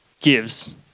gives